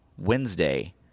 Wednesday